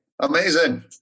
Amazing